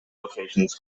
locations